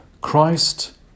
Christ